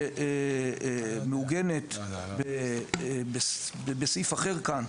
שמעוגנת בסעיף אחר כאן,